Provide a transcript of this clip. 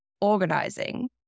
organizing